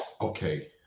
okay